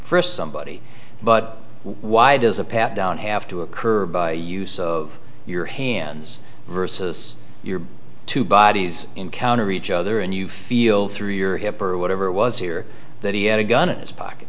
for somebody but why does a pat down have to occur by use of your hands versus your two bodies encounter each other and you feel through your hip or whatever it was here that he had a gun